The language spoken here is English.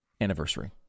anniversary